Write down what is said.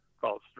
called